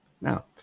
Now